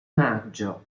maggio